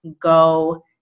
go